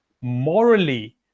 morally